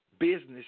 Business